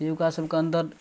से हुनकासभके अन्दर